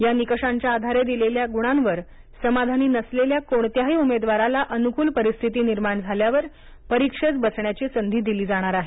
या निकषांच्या आधारे दिलेल्या गुणांवर समाधानी नसलेल्या कोणत्याही उमेदवाराला अनुकूल परिस्थिती निर्माण झाल्यावर परीक्षेस बसण्याची संधी दिली जाणार आहे